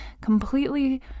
completely